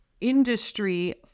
industry